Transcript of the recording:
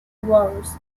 wars